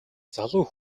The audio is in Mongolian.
залуу